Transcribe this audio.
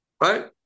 right